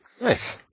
Nice